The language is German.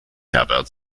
herbert